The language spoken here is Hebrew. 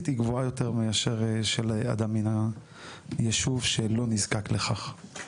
היא גבוהה יותר מאשר של אדם מן היישוב שלא נזקק לכך.